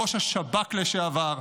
ראש השב"כ לשעבר,